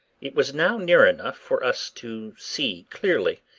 it was now near enough for us to see clearly,